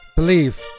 Believe